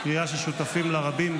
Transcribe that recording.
קריאה ששותפים לה רבים.